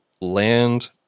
land